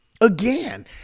Again